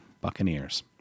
Buccaneers